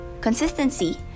consistency